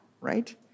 right